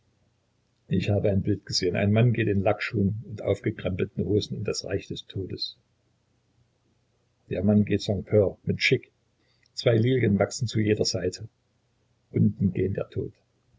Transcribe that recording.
ich habe ein bild gesehen der mann geht in lackschuhen und aufgekrempelten hosen in das reich des todes der mann geht sans peur mit chick zwei lilien wachsen zu jeder seite unten gähnt der tod